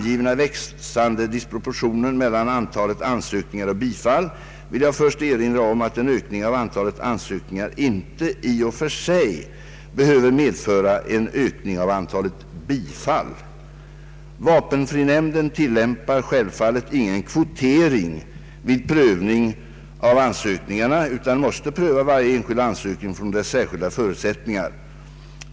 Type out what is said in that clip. givna växande disproportionen mellan antalet ansökningar och bifall vill jag först erinra om att en ökning av antalet ansökningar inte i och för sig behöver medföra en ökning av antalet bifall. Vapenfrinämnden tillämpar självfallet ingen kvotering vid prövning av ansökningarna utan måste pröva varje enskild ansökning från dess särskilda förutsättningar.